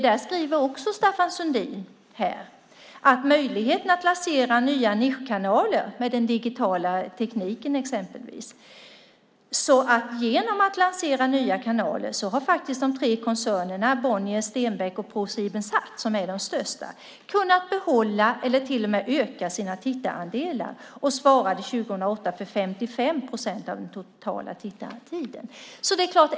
Där skriver också Staffan Sundin att genom möjligheten att lansera nya nischkanaler, exempelvis med den digitala tekniken, har faktiskt de tre koncernerna Bonniers, Stenbeck och Prosiebensat, som är de största, kunnat behålla eller till och med öka sina tittarandelar. De svarade 2008 för 55 procent av den totala tittartiden.